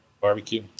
barbecue